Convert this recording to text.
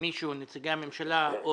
אני